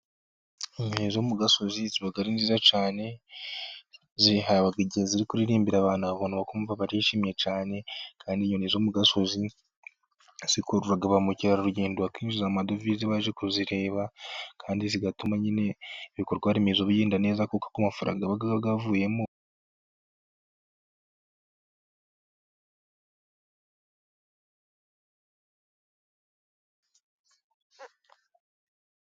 Inyoni zo mu gasozi ziba ari nziza cyane. Zihabwa igihe ziri kuririmbira abantu bona bakumva barishimye cyane. Kandi inyoni zo mu gasozi zikurura ba mukerarugendo, bakinjiza amadovize baje kuzireba. Kandi zigatuma nyine ibikorwa-remezo bigenda neza kuko amafaranga aba yavuyemo.